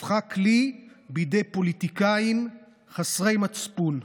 הפכו כלי בידי פוליטיקאים חסרי מצפון.